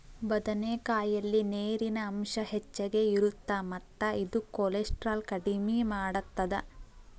ಬದನೆಕಾಯಲ್ಲಿ ನೇರಿನ ಅಂಶ ಹೆಚ್ಚಗಿ ಇರುತ್ತ ಮತ್ತ ಇದು ಕೋಲೆಸ್ಟ್ರಾಲ್ ಕಡಿಮಿ ಮಾಡತ್ತದ